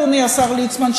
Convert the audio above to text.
אדוני השר ליצמן,